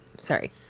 Sorry